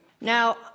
Now